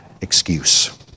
excuse